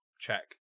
check